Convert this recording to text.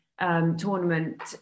Tournament